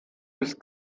bis